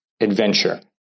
adventure